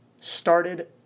started